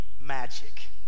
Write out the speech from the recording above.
magic